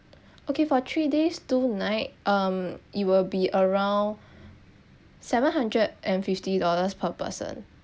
okay for three days two night um it will be around seven hundred and fifty dollars per person